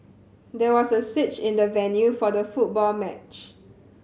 there was a switch in the venue for the football match